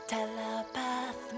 Telepath